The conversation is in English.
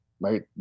right